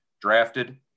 drafted